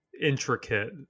intricate